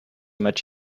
much